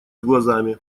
глазами